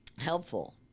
helpful